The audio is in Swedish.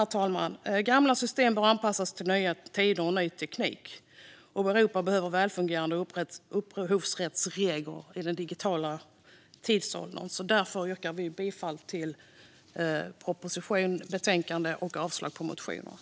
Gamla system bör anpassas till nya tider och ny teknik, och Europa behöver välfungerande upphovsrättsregler för den digitala tidsåldern. Därför yrkar vi bifall till utskottets förslag och avslag på reservationerna.